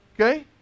Okay